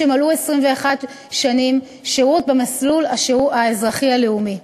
שמלאו 21 שנים שירות במסלול האזרחי-הלאומי.